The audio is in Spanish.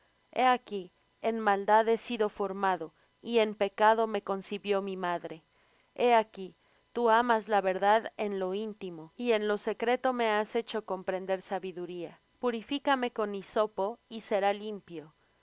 aquí en maldad he sido formado y en pecado me concibió mi madre he aquí tú amas la verdad en lo íntimo y en lo secreto me has hecho comprender sabiduría purifícame con hisopo y será limpio